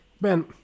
Ben